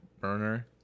burner